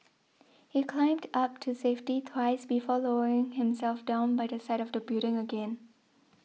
he climbed up to safety twice before lowering himself down by the side of the building again